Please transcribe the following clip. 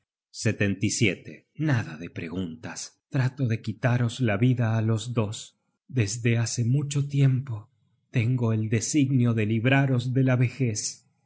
iba á suceder nada de preguntas trato de quitaros la vida á los dos desde hace mucho tiempo tengo el designio de libraros dela vejez